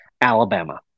Alabama